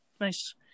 Nice